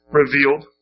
revealed